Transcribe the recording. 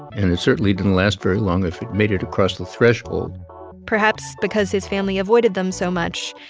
and it certainly didn't last very long if it made it across the threshold perhaps because his family avoided them so much,